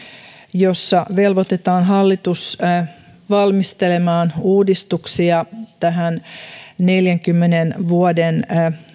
jossa velvoitetaan hallitus valmistelemaan uudistuksia tähän neljänkymmenen vuoden